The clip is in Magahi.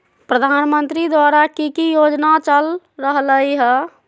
प्रधानमंत्री द्वारा की की योजना चल रहलई ह?